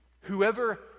Whoever